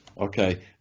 Okay